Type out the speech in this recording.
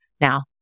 Now